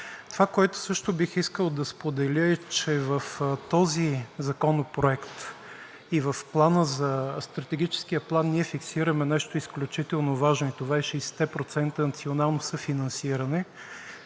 Това, което също бих искал да споделя, е, че в този законопроект и в Стратегическия план ние фиксираме нещо изключително важно, това е 60-те процента национално съфинансиране,